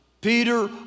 Peter